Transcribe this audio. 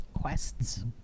quests